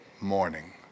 morning